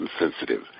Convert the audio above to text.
insensitive